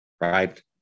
right